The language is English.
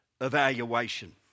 evaluation